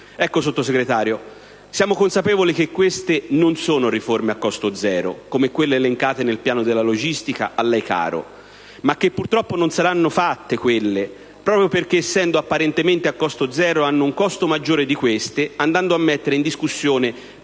Ecco, Sottosegretario, siamo consapevoli che queste non sono riforme a costo zero, come quelle elencate nel piano della logistica - a lei caro - ma che purtroppo non saranno fatte proprio perché, essendo apparentemente a costo zero, hanno un costo maggiore di queste, andando a mettere in discussione